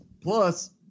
Plus